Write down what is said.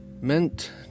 meant